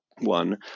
one